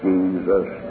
Jesus